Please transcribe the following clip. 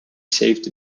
saved